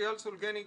סולגניק